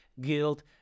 guilt